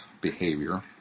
behavior